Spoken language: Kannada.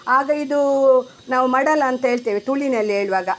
ಆಗ ಇದೂ ನಾವು ಮಡಲ ಅಂತ ಹೇಳ್ತೇವೆ ತುಳುನಲ್ಲಿ ಹೇಳ್ವಾಗ